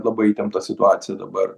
labai įtempta situacija dabar